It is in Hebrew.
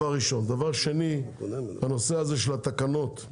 הנושא הזה של התקנות,